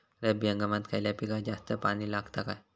रब्बी हंगामात खयल्या पिकाक जास्त पाणी लागता काय?